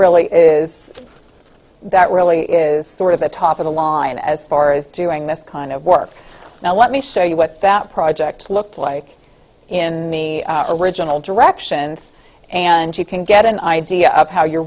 really is that really is sort of the top of the law and as far as doing this kind of work now let me show you what that project looked like in the original directions and you can get an idea of how you